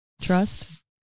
trust